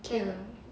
k lor